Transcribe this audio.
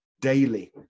daily